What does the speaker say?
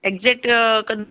exact કદા